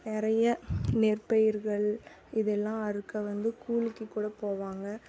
நிறைய நெற்பயிர்கள் இதெல்லாம் அறுக்க வந்து கூலிக்கு கூட போவாங்க